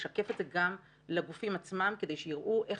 לשקף את זה גם לגופים עצמם כדי שיראו איך